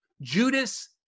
Judas